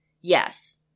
Yes